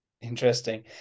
Interesting